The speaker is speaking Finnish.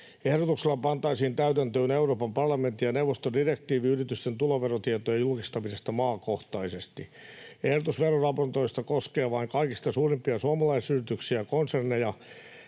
Ehdotuksella pantaisiin täytäntöön Euroopan parlamentin ja neuvoston direktiivi yritysten tuloverotietojen julkistamisesta maakohtaisesti. Ehdotus veroraportoinnista koskee vain kaikista suurimpia suomalaisyrityksiä ja konserneja.